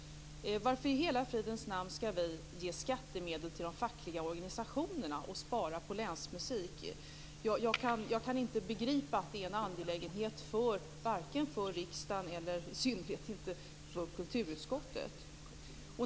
Varför i hela fridens namn skall vi ge skattemedel till de fackliga organisationerna och spara på länsmusik? Jag kan inte begripa att det är en angelägenhet för riksdagen, och i synnerhet inte för kulturutskottet.